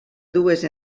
dues